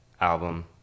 album